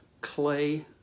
clay